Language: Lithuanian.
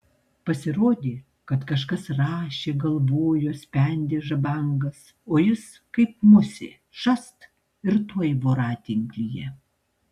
pasirodė kad kažkas rašė galvojo spendė žabangas o jis kaip musė šast ir tuoj voratinklyje